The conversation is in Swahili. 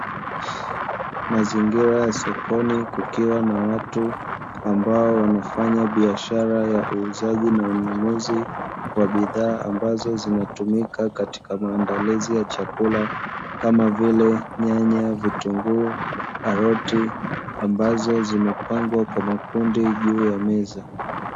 Mazingira ya sokoni kukiwa na watu ambao wanafanya biashara ya uuzaji na ununuzi wa bidhaa ambazo zinatumika katika maandalizi ya chakula kama vile: nyanya, vitunguu, karoti. Ambazo zimepangwa kwa makundi juu ya meza.